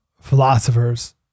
philosophers